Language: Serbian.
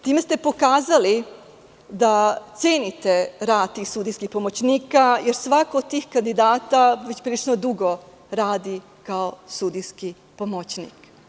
Time ste pokazali da cenite rad tih sudijskih pomoćnika jer svako od tih kandidata već prilično dugo radi kao sudijski pomoćnik.